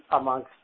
amongst